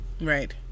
right